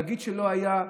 להגיד שלא היה,